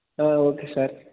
ah okay sir